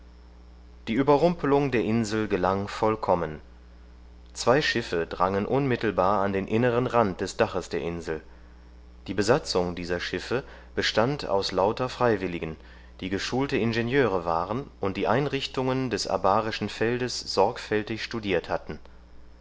die überrumpelung der insel gelang vollkommen zwei schiffe drangen unmittelbar an den inneren rand des daches der insel die besatzung dieser schiffe bestand aus lauter freiwilligen die geschulte ingenieure waren und die einrichtungen des abarischen feldes sorgfältig studiert hatten